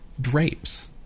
drapes